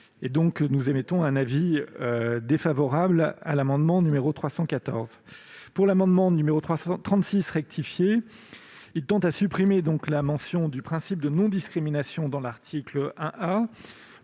nous émettons un avis défavorable sur l'amendement n° 314. L'amendement n° 36 rectifié tend à supprimer la mention du principe de non-discrimination dans l'article 1